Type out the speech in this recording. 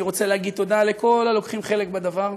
אני רוצה להגיד תודה לכל הלוקחים חלק בדבר.